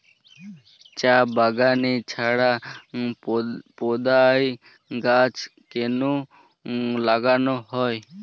চা বাগানে ছায়া প্রদায়ী গাছ কেন লাগানো হয়?